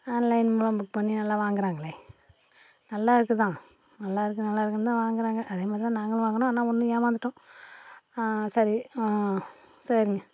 online மூலம் book பண்ணி நல்லா வாங்கிறாங்களே நல்லா இருக்குது தான் நல்லா இருக்குது நல்லா இருக்குதுன்னு தான் வாங்கிறாங்க அதே மாதிரி தான் நாங்களும் வாங்கினோம் ஆனால் ஒன்று ஏமாந்துட்டோம் சரி சரிங்க